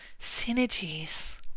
synergies